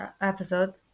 episode